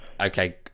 okay